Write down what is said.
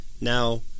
Now